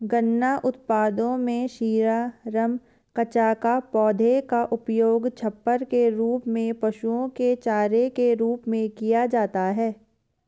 गन्ना उत्पादों में शीरा, रम, कचाका, पौधे का उपयोग छप्पर के रूप में, पशुओं के चारे के रूप में किया जाता है